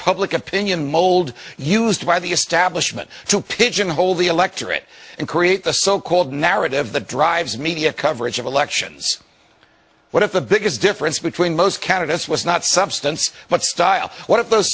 public opinion mold used by the establishment to pigeonhole the electorate and create the so called narrative that drives media coverage of elections what if the biggest difference between most candidates was not substance but style what if those